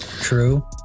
True